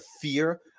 fear